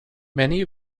many